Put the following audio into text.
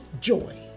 joy